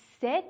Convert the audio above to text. sit